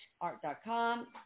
art.com